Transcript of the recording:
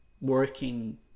working